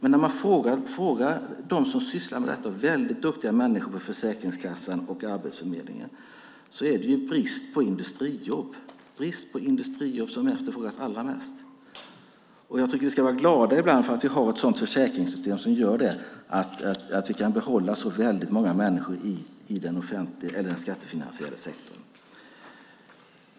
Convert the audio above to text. När man frågar dem som sysslar med detta, väldigt duktiga människor på Försäkringskassan och Arbetsförmedlingen, får man veta att det är industrijobb som efterfrågas allra mest. Jag tycker att vi ska vara glada att vi har ett sådant försäkringssystem som gör att vi kan behålla så väldigt många människor i den skattefinansiella sektorn.